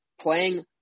playing